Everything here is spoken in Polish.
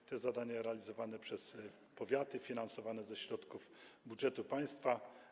To jest zadanie realizowane przez powiaty, finansowane ze środków budżetu państwa.